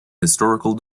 historical